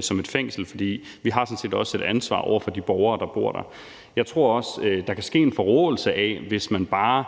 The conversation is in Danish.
som et fængsel, for vi har sådan set også et ansvar over for de borgere, der bor der. Jeg tror også, der kan ske en forråelse, hvis man bare